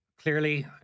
clearly